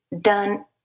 done